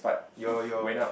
your your